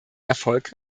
erfolg